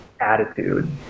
attitude